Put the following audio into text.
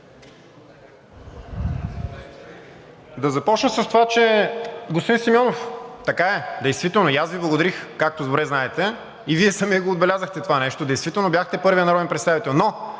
Да започна с това: господин Симеонов, така е действително и аз Ви благодарих, както добре знаете, Вие самият отбелязахте това нещо – действително бяхте първият народен представител. Но